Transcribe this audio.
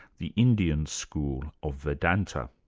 the indian school of vedanta.